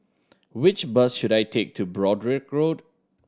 which bus should I take to Broadrick Road